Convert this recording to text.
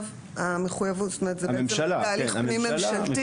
זה בעצם תהליך פנים-ממשלתי.